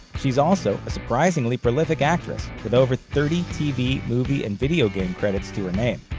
she's also a surprisingly prolific actress, with over thirty tv, movie, and video game credits to her name.